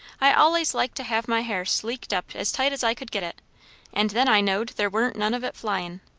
i allays liked to have my hair sleeked up as tight as i could get it and then i knowed there warn't none of it flyin'.